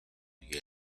you